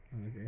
okay